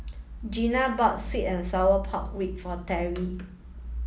Gianna bought sweet and sour pork rib for Teri